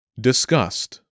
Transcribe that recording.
disgust